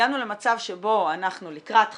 הגענו למצב שבו אנחנו לקראת חקיקה,